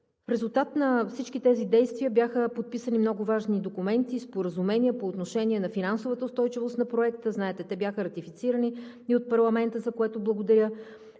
резултат на всички тези действия бяха подписани много важни документи, споразумения по отношение на финансовата устойчивост на проекта, знаете, те бяха ратифицирани и от парламента, за което благодаря.